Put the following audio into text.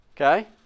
okay